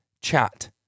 chat